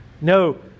No